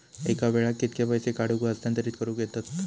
एका वेळाक कित्के पैसे काढूक व हस्तांतरित करूक येतत?